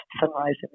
Sunrise